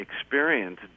experience